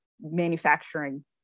manufacturing